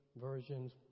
versions